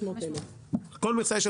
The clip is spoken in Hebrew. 500,000. 29